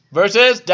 versus